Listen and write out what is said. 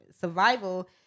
survival